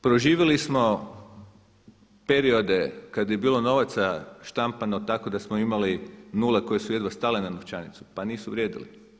Proživjeli smo periode kada je bilo novaca štampano tako da smo imali nule koje su jedva stale na novčanicu pa nisu vrijedili.